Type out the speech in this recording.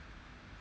mm